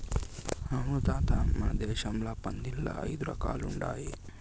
అవును తాత మన దేశంల పందుల్ల ఐదు రకాలుండాయి